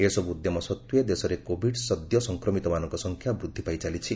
ଏସବୁ ଉଦ୍ୟମ ସତ୍ତ୍ୱେ ଦେଶରେ କୋବିଡ ସଦ୍ୟ ସଂକ୍ରମିତମାନଙ୍କ ସଂଖ୍ୟା ବୃଦ୍ଧି ପାଇଚାଲିଛି